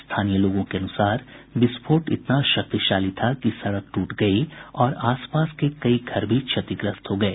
स्थानीय लोगों के अनुसार विस्फोट इतना शक्तिशाली था कि सड़क टूट गयी और आसपास के कई घर भी क्षतिग्रस्त हो गये